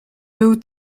był